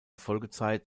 folgezeit